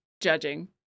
judging